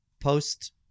post